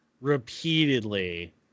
repeatedly